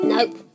Nope